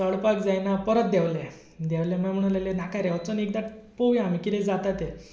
चडपाक जायना परत देंवले देंवलें आनी म्हणलें नाका रे वचून एकदां पळोवया आमी कितें जाता तें